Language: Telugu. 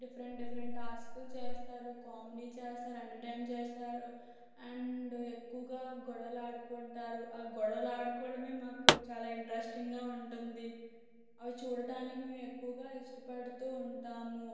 డిఫరెంట్ డిఫరెంట్ టాస్కులు చేస్తారు కామెడీ చేస్తారు ఎంటర్టైన్ చేస్తారు అండ్ ఎక్కువగా గొడవలు ఆడుకుంటారు ఆ గొడవలు ఆడుకోవడమే మాకు చాలా ఇంట్రెస్టింగ్గా ఉంటుంది అవి చూడటానికి మేము ఎక్కువగా ఇష్టపడుతూ ఉంటాము